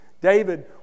David